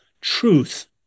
truth